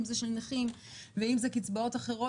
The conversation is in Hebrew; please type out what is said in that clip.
אם זה של נכים ואם זה קצבאות אחרות,